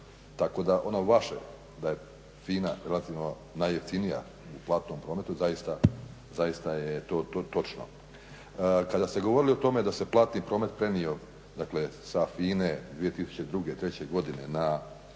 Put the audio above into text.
Tako da ono vaše da je FINA relativno najjeftinija u platnom prometu zaista je to točno. Kada ste govorili o tome da se platni promet prenio dakle sa FINA-e 2002./'03. godine na